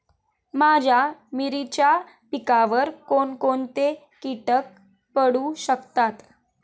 माझ्या मिरचीच्या पिकावर कोण कोणते कीटक पडू शकतात?